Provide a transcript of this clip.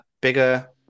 bigger